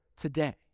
today